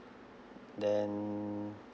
then